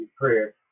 prayer